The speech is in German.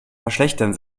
verschlechtern